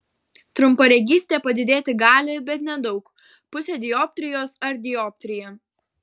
trumparegystė padidėti gali bet nedaug pusę dioptrijos ar dioptriją